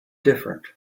different